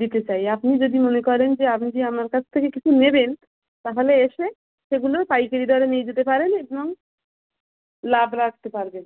দিতে চাই আপনি যদি মনে করেন যে আপনি যে আমার কাছ থেকে কিছু নেবেন তাহলে এসে সেগুলো পাইকারি দরে নিয়ে যেতে পারেন এবং লাভ রাখতে পারবেন